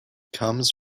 comes